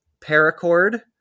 paracord